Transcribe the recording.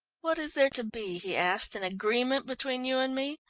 what is there to be? he asked. an agreement between you and me?